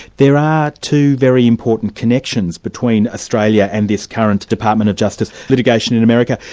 there are two very important connections between australia and this current department of justice litigation in america.